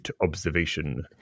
observation